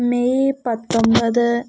May പത്തൊൻപത്